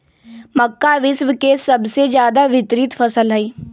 मक्का विश्व के सबसे ज्यादा वितरित फसल हई